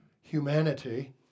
humanity